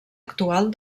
actual